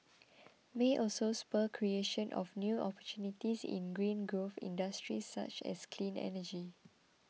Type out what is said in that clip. may also spur creation of new opportunities in green growth industries such as clean energy